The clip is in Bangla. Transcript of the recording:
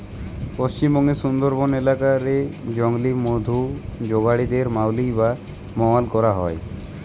পশ্চিমবঙ্গের সুন্দরবন এলাকা রে জংলি মধু জগাড়ি দের মউলি বা মউয়াল কয়া হয়